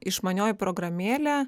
išmanioji programėlė